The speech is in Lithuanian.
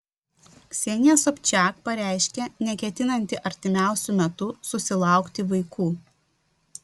ksenija sobčiak pareiškė neketinanti artimiausiu metu susilaukti vaikų